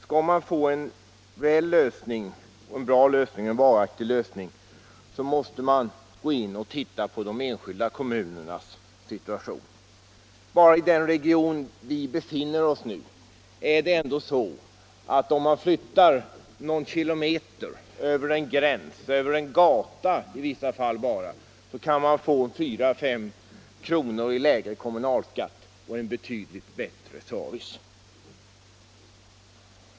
Skall man få till stånd en god och varaktig lösning måste man gå in och titta på de enskilda kommunernas situation. Bara i den region som vi befinner oss i nu är det så att om man flyttar någon kilometer — över en gräns eller bara en gata — kan man få 4-5 kr. lägre kommunalskatt och en betydligt bättre service.